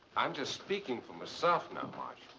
i'm just speaking for myself. i'd